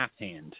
Halfhand